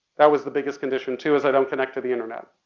that was the biggest condition. two, is i don't connect to the internet.